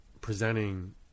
presenting